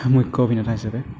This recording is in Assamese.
মুখ্য অভিনেতা হিচাপে